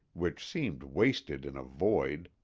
which seemed wasted in a void,